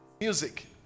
music